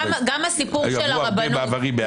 עברו הרבה מעברים מאז.